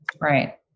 right